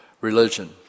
religion